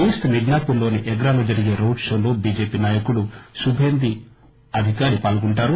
కుస్ట్ మిడ్నాపూర్ లోని ఎగ్రాలో జరిగే రోడ్ షోలో బీజేపీ నాయకుడు కుబేందు అధికారి పాల్గొంటారు